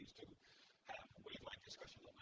have wave-like discussions